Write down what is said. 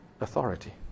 authority